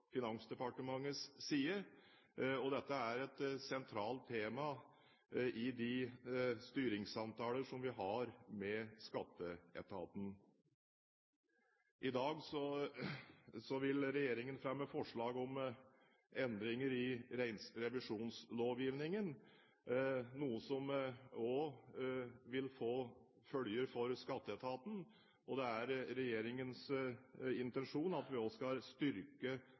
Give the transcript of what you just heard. Finansdepartementets side, og dette er et sentralt tema i de styringssamtaler som vi har med skatteetaten. I dag vil regjeringen fremme forslag om endringer i revisjonslovgivningen, noe som også vil få følger for skatteetaten, og det er regjeringens intensjon at vi bl.a. i den sammenheng også skal styrke